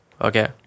Okay